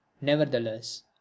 nevertheless